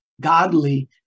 godly